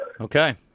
Okay